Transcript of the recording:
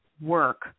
work